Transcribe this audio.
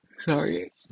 Sorry